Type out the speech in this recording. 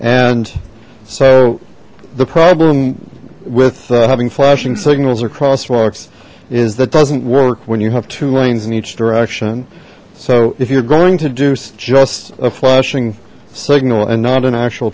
and so the problem with having flashing signals or crosswalks is that doesn't work when you have two lanes in each direction so if you're going to do just a flashing signal and not an actual